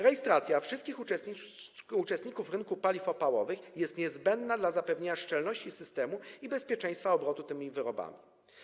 Rejestracja wszystkich uczestników rynku paliw opałowych jest niezbędna dla zapewnienia szczelności systemu i bezpieczeństwa obrotu tymi wyrobami.